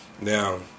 now